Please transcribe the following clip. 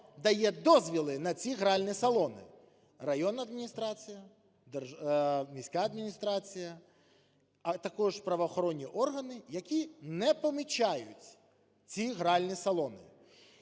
дає дозволи на ці гральні салони: районна адміністрація, міська адміністрація, а також правоохоронні органи, які "не помічають" ці гральні салони.